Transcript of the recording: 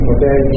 Okay